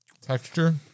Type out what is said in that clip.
texture